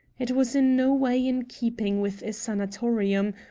it was in no way in keeping with a sanatorium,